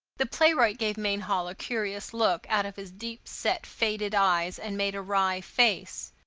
the playwright gave mainhall a curious look out of his deep-set faded eyes and made a wry face.